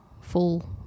full